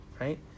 right